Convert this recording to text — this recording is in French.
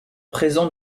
présent